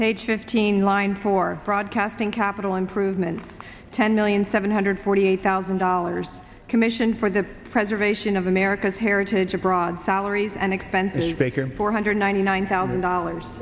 page fifteen line four broadcasting capital improvement ten million seven hundred forty eight thousand dollars commission for the preservation of america's heritage abroad salaries and expenses bacon four hundred ninety nine thousand dollars